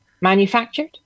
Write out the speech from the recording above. Manufactured